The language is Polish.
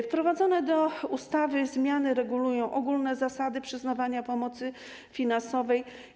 Wprowadzone do ustawy zmiany regulują ogólne zasady przyznawania pomocy finansowej.